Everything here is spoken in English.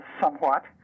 somewhat